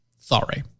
Sorry